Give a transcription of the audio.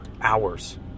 hours